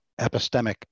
epistemic